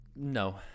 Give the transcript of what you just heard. no